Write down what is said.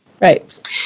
Right